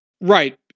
Right